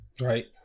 Right